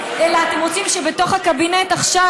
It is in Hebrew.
אלא אתם רוצים שבתוך הקבינט עכשיו